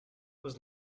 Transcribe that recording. was